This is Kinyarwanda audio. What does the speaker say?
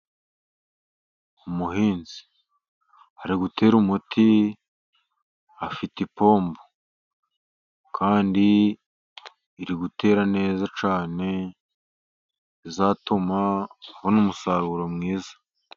Umuhinzi ari gutera umuti afite ipombo. Kandi iri gutera neza cyane izatuma abona umusaruro mwiza.